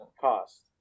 cost